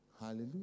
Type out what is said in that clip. Hallelujah